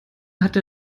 hatte